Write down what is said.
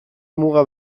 muga